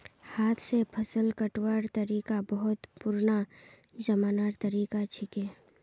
हाथ स फसल कटवार तरिका बहुत पुरना जमानार तरीका छिके